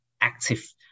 active